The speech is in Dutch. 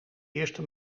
eerste